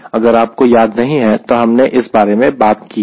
अगर आपको याद नहीं है तो हमने इस बारे में बात की है